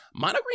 monogreen